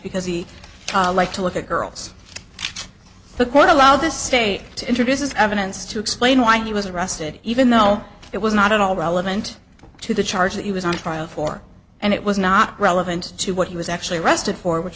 because he liked to look at girls the court allow the state to introduce evidence to explain why he was arrested even though it was not at all relevant to the charge that he was on trial for and it was not relevant to what he was actually arrested for which